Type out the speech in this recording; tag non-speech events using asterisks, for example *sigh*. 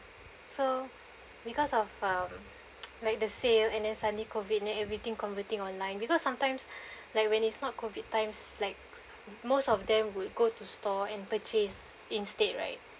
so because of um *noise* like the sale and then suddenly COVID and then everything converting online because sometimes *breath* like when it's not COVID times like most of them would go to store and purchase instead right